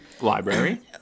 Library